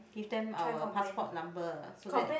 give them our passport number so that